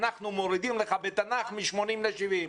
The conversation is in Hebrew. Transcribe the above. "אנחנו מורידים לך בתנ"ך מ-80 ל-70.